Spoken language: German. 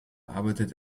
arbeitet